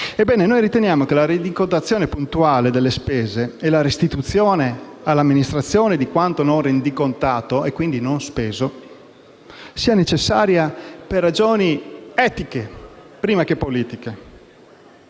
riteniamo che la rendicontazione puntuale delle spese e la restituzione all'Amministrazione di quanto non rendicontato - e quindi non speso - sia necessaria per ragioni etiche, prima che politiche,